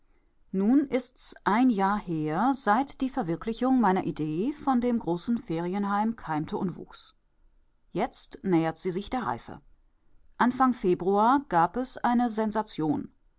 nun ist's ein jahr her seit die verwirklichung meiner idee von dem großen ferienheim keimte und wuchs jetzt nähert sie sich der reife anfang februar gab es eine sensation